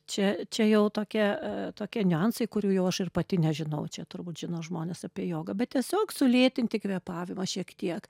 čia čia jau tokie tokie niuansai kurių jau aš ir pati nežinau čia turbūt žino žmonės apie jogą bet tiesiog sulėtinti kvėpavimą šiek tiek